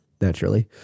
naturally